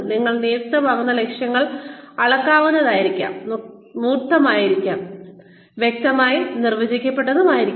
നിങ്ങൾ നിയുക്തമാക്കുന്ന ലക്ഷ്യങ്ങൾ അളക്കാവുന്നതായിരിക്കണം മൂർത്തമായിരിക്കണം വ്യക്തമായി നിർവചിക്കപ്പെട്ടിരിക്കണം